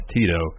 Tito